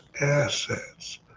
assets